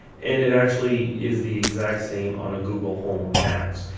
and it actually is the exact same on a google home max.